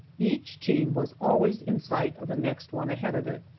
each team was always in sight of the next one ahead of it,